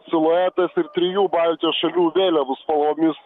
siluetas ir trijų baltijos šalių vėliavų spalvomis